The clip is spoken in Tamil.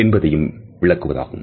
என்பதையும் விளக்குவதாகும்